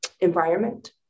Environment